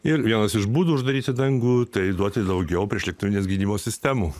ir vienas iš būdų uždaryti dangų tai duoti daugiau priešlėktuvinės gynybos sistemų